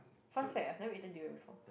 fun fact ah I've never eaten durian before